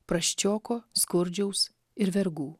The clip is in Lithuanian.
prasčioko skurdžiaus ir vergų